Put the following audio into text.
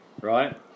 right